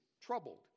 troubled